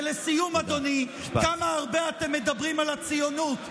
ולסיום, אדוני, כמה הרבה אתם מדברים על הציונות.